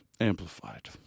amplified